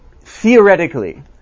theoretically